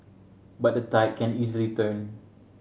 but the tide can easily turn